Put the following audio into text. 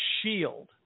shield